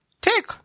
Take